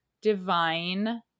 divine